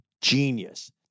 genius